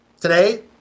Today